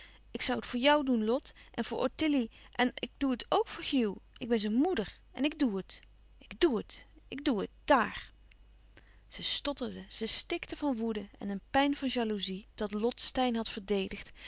ik zoû het voor jou doen lot en voor ottilie en ik doe het ook voor hugh ik ben zijn moeder en ik doe het ik doe het ik doe het dààr zij stotterde zij stikte van woede en een pijn van jaloezie dat louis couperus van